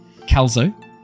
Calzo